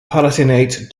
palatinate